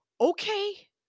okay